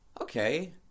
okay